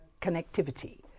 connectivity